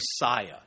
Messiah